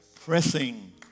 Pressing